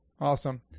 Awesome